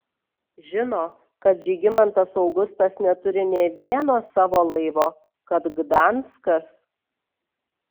žino kad žygimantas augustas neturi nė vieno savo laivo kad gdanskas